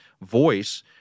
voice